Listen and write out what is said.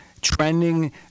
trending